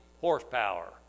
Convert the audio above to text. horsepower